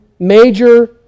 Major